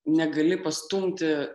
negali pastumti